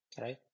Right